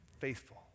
faithful